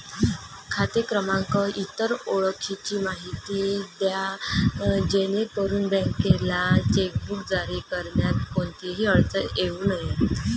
खाते क्रमांक, इतर ओळखीची माहिती द्या जेणेकरून बँकेला चेकबुक जारी करण्यात कोणतीही अडचण येऊ नये